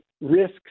risks